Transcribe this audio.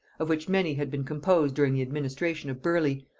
of which many had been composed during the administration of burleigh,